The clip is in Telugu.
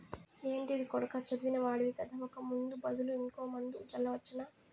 ఏంటిది కొడకా చదివిన వాడివి కదా ఒక ముందు బదులు ఇంకో మందు జల్లవచ్చునా